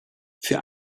für